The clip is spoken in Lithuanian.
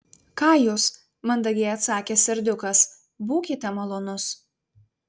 ką jūs mandagiai atsakė serdiukas būkite malonus